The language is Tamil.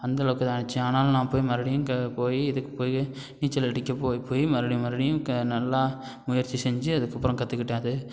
அந்தளவுக்கு இதாக ஆச்சு ஆனாலும் நான் போய் மறுபடியும் க போய் இதுக்கு போய் நீச்சல் அடிக்க போய் போய் மறுபடியும் மறுபடியும் க நல்லா முயற்சி செஞ்சு அதுக்கப்புறம் கற்றுக்கிட்டேன் அது